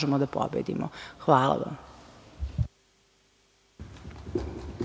možemo da pobedimo. Hvala vam.